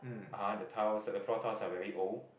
(uh huh) the tiles the floor tiles are very old